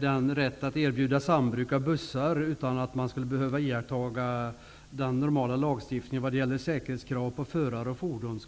var rätten att erbjuda sambruk av bussar utan att behöva iaktta den normala lagstiftningen vad gäller säkerhetskrav på förare och fordon.